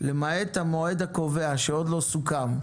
למעט המועד הקובע שעוד לא סוכם,